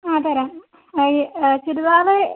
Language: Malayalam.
ആ തരാം ചുരിദാർ